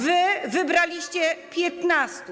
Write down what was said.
Wy wybraliście piętnastu.